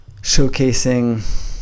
showcasing